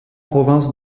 province